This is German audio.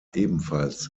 ebenfalls